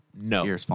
no